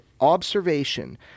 observation